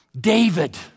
David